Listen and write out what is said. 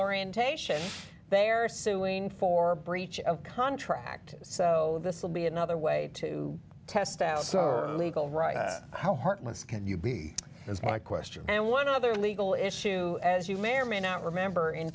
orientation they are suing for breach of contract so this will be another way to test out legal right how heartless can you be is my question and one other legal issue as you may or may not remember in